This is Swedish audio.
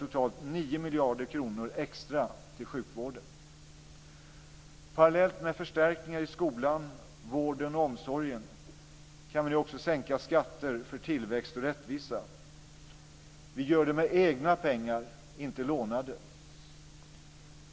Parallellt med förstärkningar i skolan, vården och omsorgen kan vi nu också sänka skatter för tillväxt och rättvisa. Vi gör det med egna pengar, inte lånade.